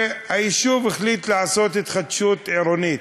היישוב החליט לעשות התחדשות עירונית,